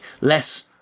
less